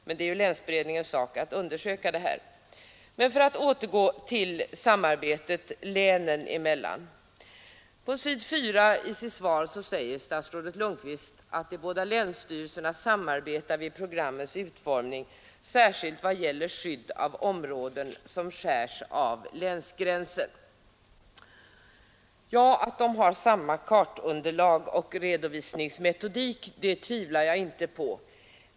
Men det är ju länsberedningens sak att undersöka detta. För att återgå till samarbetet länen emellan vill jag hänvisa till att statsrådet Lundkvist på s. 4 i sitt svar säger att de båda länsstyrelserna samarbetar vid programmets utformning särskilt i vad gäller skydd av områden som skärs av länsgränser. Ja, att de har samma kartunderlag och redovisningsmetodik tvivlar jar inte på.